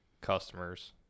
customers